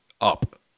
up